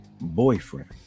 boyfriend